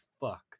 fuck